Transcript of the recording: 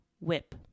whip